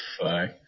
Fuck